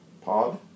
Pod